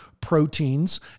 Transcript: proteins